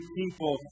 people